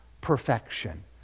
perfection